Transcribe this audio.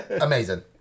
amazing